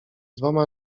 dwoma